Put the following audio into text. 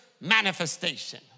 manifestation